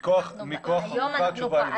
מכוח החוקה התשובה היא לא.